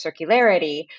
circularity